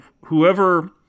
whoever